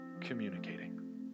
communicating